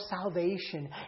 salvation